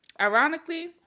Ironically